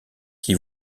qui